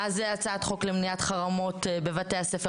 מה זה הצעת חוק למניעת חרמות בבתי-הספר?